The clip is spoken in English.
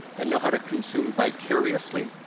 and know how to consume vicariously?